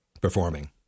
performing